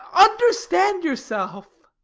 understand yourself!